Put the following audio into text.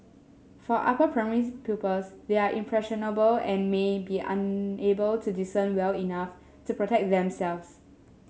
for upper primary pupils they are impressionable and may be unable to discern well enough to protect themselves